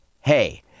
Hey